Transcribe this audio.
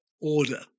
order